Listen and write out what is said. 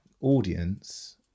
audience